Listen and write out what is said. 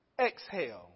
Exhale